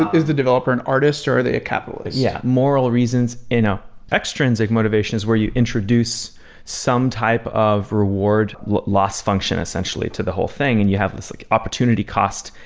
is the developer an artists or are they a capitalist? yeah, moral reasons. ah extrinsic motivation is where you introduce some type of reward loss function essentially to the whole thing and you have this like opportunity cost.